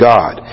God